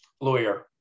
Lawyer